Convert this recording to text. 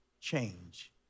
change